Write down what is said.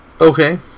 Okay